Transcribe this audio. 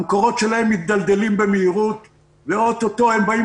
מידלדלים במהירות ואו-טו-טו הם באים